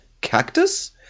cactus